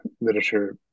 literature